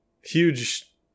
huge